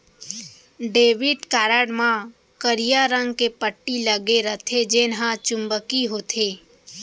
debit card म करिया रंग के पट्टी लगे रथे जेन हर चुंबकीय होथे